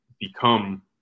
become